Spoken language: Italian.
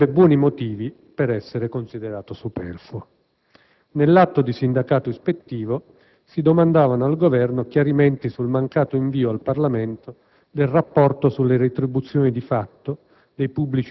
avrebbe buoni motivi per essere considerata superflua. Nell'atto di sindacato ispettivo si domandavano al Governo chiarimenti sul mancato invio al Parlamento del rapporto sulle retribuzioni di fatto